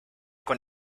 con